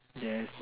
yes